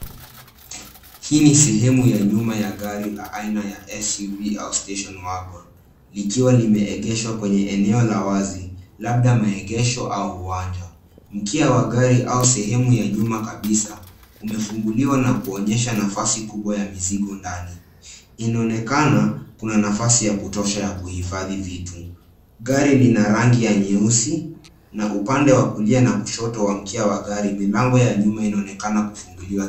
Hii ni sehemu ya nyuma ya gari la aina ya SUV au Station Wagon likiwa limeegeshwa kwenye eneo la wazi, labda maegesho au uwanja. Mkia wa gari au sehemu ya nyuma kabisa, umefunguliwa na kuonyesha nafasi kubwa ya mizigo ndani. Inaonekana kuna nafasi ya kutosha ya kuhifadhi vitu. Gari lina rangi ya nyeusi na upande wa kulia na kushoto wa mkia wa gari, milango wa nyuma inaonekana kufunguliwa.